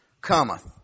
cometh